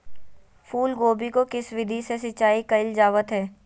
फूलगोभी को किस विधि से सिंचाई कईल जावत हैं?